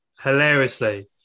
hilariously